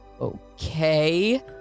Okay